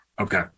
okay